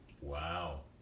Wow